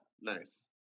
nice